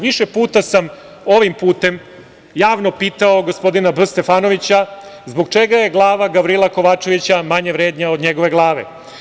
Više puta sam ovim putem javno pitao gospodina B. Stefanovića - zbog čega je glava Gavrila Kovačevića manje vrednija od njegove glave?